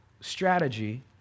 strategy